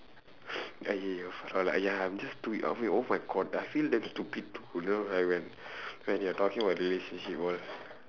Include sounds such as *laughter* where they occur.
*breath* ஐயய்யோ பரவாயில்ல:aiyaiyoo paravaayilla !aiya! I'm just stupid I mean oh my god I feel damn stupid when you around him I really